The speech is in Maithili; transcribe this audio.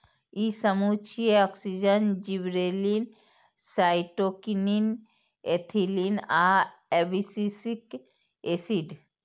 ई समूह छियै, ऑक्सिन, जिबरेलिन, साइटोकिनिन, एथिलीन आ एब्सिसिक एसिड